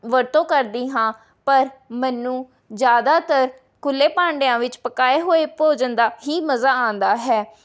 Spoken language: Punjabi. ਵਰਤੋਂ ਕਰਦੀ ਹਾਂ ਪਰ ਮੈਨੂੰ ਜ਼ਿਆਦਾਤਰ ਖੁੱਲ੍ਹੇ ਭਾਂਡਿਆਂ ਵਿੱਚ ਪਕਾਏ ਹੋਏ ਭੋਜਨ ਦਾ ਹੀ ਮਜ਼ਾ ਆਉਂਦਾ ਹੈ